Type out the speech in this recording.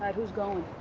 who's goin'?